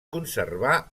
conservà